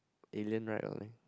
alien ride or something